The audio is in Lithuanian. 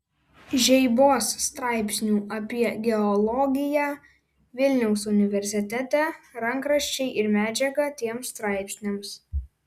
žeibos straipsnių apie geologiją vilniaus universitete rankraščiai ir medžiaga tiems straipsniams